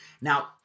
Now